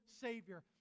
Savior